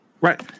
right